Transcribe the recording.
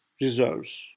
reserves